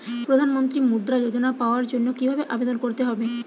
প্রধান মন্ত্রী মুদ্রা যোজনা পাওয়ার জন্য কিভাবে আবেদন করতে হবে?